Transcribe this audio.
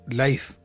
life